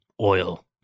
oil